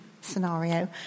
scenario